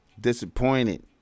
Disappointed